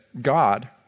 God